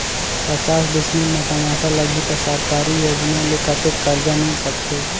पचास डिसमिल मा टमाटर लगही त सरकारी योजना ले कतेक कर्जा मिल सकथे?